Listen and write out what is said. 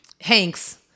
Hanks